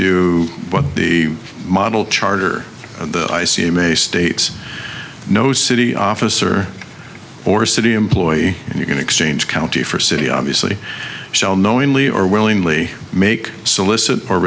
what the model charter the i c may states no city officer or city employee and you can exchange county for city obviously shall knowingly or willingly make solicit or